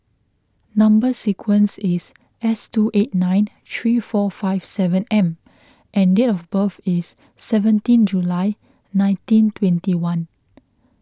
Number Sequence is S two eight nine three four five seven M and date of birth is seventeen July nineteen twenty one